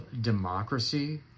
democracy